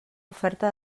oferta